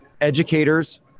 educators